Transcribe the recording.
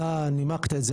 אתה נימקת את זה,